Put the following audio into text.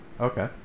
Okay